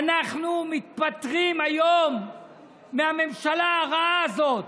אנחנו נפטרים היום מהממשלה הרעה הזו.